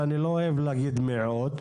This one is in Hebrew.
ואני לא אוהב להגיד מיעוט,